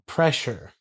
Pressure